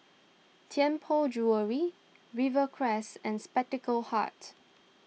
Tianpo Jewellery Rivercrest and Spectacle Hut